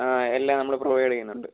ആ എല്ലാം നമ്മൾ പ്രൊവൈഡ് ചെയ്യുന്നുണ്ട്